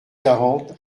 quarante